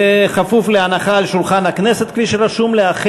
בכפוף להנחה על שולחן הכנסת, כפי שרשום לי.